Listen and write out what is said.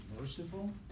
Merciful